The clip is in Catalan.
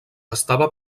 estava